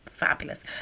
fabulous